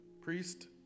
priest